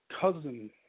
cousin